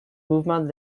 mouvement